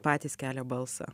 patys kelia balsą